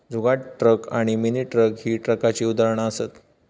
जुगाड truck आणि mini truck ही ट्रकाची उदाहरणा असत